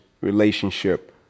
relationship